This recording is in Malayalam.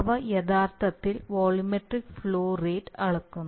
അവ യഥാർത്ഥത്തിൽ വോള്യൂമെട്രിക് ഫ്ലോ റേറ്റ് അളക്കുന്നു